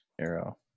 Arrow